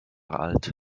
alt